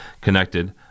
Connected